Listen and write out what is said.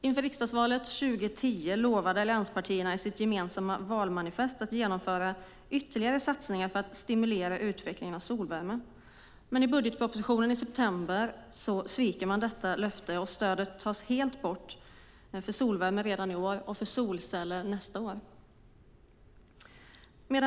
Inför riksdagsvalet 2010 lovade allianspartierna i sitt gemensamma valmanifest att genomföra ytterligare satsningar för att "stimulera utvecklingen av solvärme". Men i budgetpropositionen i september sviker man detta löfte. Stödet till solvärme tas helt bort redan i år och till solceller nästa år.